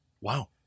Wow